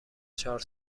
چهار